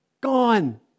gone